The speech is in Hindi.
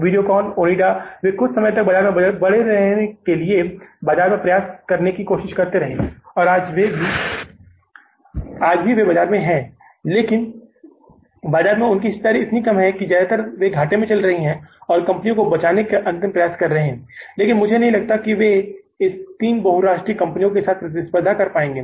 वीडियोकॉन ओनिडा वे कुछ समय के लिए बाजार में बने रहने के लिए बाजार में प्रयास करने की कोशिश करते हैं और आज बाजार में भी हैं लेकिन बाजार में हिस्सेदारी इतनी कम है कि ज्यादातर वे घाटे में चल रही कंपनियों को बचाने का अंतिम प्रयास कर रहे हैं लेकिन मुझे नहीं लगता कि वे इस तीन बहुराष्ट्रीय कंपनियों के साथ प्रतिस्पर्धा कर पाएंगे